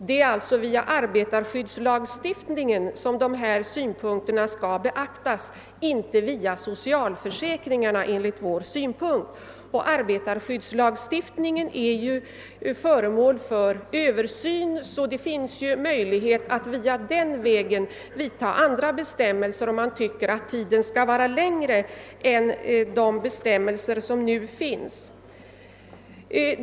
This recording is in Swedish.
Det är alltså via arbetarskyddslagstiftningen som dessa synpunkter skall beaktas, inte via socialförsäkringen, enligt vår uppfattning. Och arbetarskyddslagstiftningen är ju föremål för översyn. Det finns alltså möjlighet att den vägen få till stånd andra bestämmelser, om man tycker, att tiden skall vara längre än enligt de bestämmelser som nu finns.